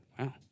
Wow